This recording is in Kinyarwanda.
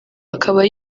akaba